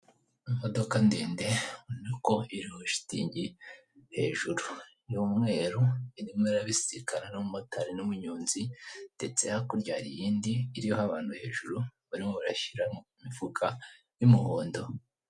Imodoka ndende nuko iriho shitingi hejuru y'umweru irimo irabisikana n'umumotari n'umuyonzi ndetse hakurya hari iyindi iriho abantu hejuru barimo barayishyiramo imifuka y'umuhondo.